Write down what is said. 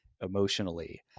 emotionally